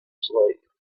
sleep